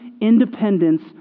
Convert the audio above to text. independence